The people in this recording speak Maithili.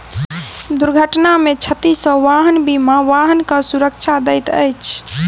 दुर्घटना में क्षति सॅ वाहन बीमा वाहनक सुरक्षा दैत अछि